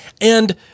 And-